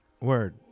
Word